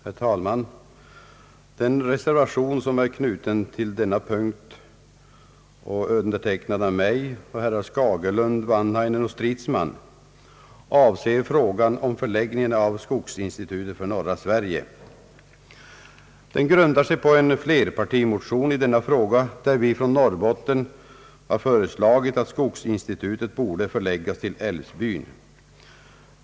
Herr talman! Den reservation som är knuten till denna punkt och undertecknad av mig, herrar Skagerlund, Wanhainen och Stridsman avser frågan om förläggningen av skogsinsitutet för norra Sverige. Den grundar sig på flerpartimotion i denna fråga, där vi från Norrbotten har föreslagit att skogsinstitutet borde förläggas — till Älvsbyn.